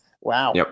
Wow